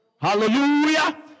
Hallelujah